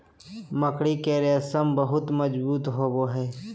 मकड़ी के रेशम बहुत मजबूत होवो हय